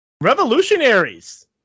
revolutionaries